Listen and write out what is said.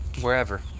wherever